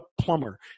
plumber